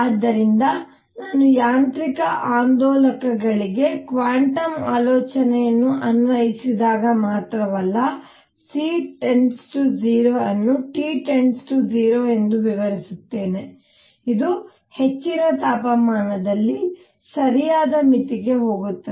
ಆದ್ದರಿಂದ ನಾನು ಯಾಂತ್ರಿಕ ಆಂದೋಲಕಗಳಿಗೆ ಕ್ವಾಂಟಮ್ ಆಲೋಚನೆಗಳನ್ನು ಅನ್ವಯಿಸಿದಾಗ ಮಾತ್ರವಲ್ಲ C→ 0 ಅನ್ನು T → 0 ಎಂದು ವಿವರಿಸುತ್ತೇನೆ ಇದು ಹೆಚ್ಚಿನ ತಾಪಮಾನದಲ್ಲಿ ಸರಿಯಾದ ಮಿತಿಗೆ ಹೋಗುತ್ತದೆ